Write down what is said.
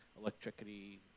electricity